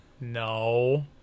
no